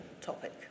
topic